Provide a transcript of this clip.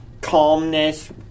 calmness